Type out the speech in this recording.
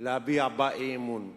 להביע אי-אמון בה,